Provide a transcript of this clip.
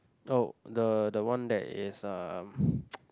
oh the the one that is a